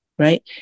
Right